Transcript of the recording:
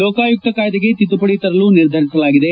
ಲೋಕಾಯುಕ್ತ ಕಾಯ್ಸೆಗೆ ತಿದ್ನುಪಡಿ ತರಲು ನಿರ್ಧರಿಸಲಾಗಿದೆ